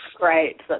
great